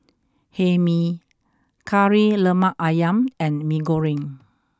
Hae Mee Kari Lemak Ayam and Mee Goreng